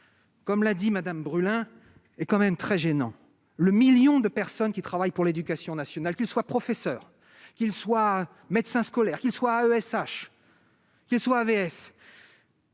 Comme l'a dit Madame Brulin est quand même très gênant le 1000000 de personnes qui travaillent pour l'éducation nationale qu'qui soient, professeur, qu'ils soient médecins scolaires qui soient ESH qui soit vs.